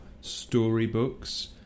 storybooks